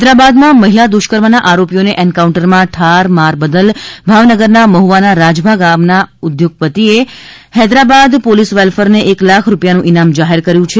હૈદરાબાદમાં મહિલા દુષ્કર્મના આરો ીઓને એન્કાઉન્ટરમાં ઠાર માર બદલ ભાવનગરના મઠ્વાના રાજભા નામના ઉદ્યોગ તિએ હૈદરાબાદ ોલીસ વેલ્ફેરને એક લાખ રૂપિ યાનું ઇનામ જાહેર કર્યું છે